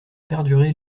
perdurer